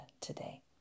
today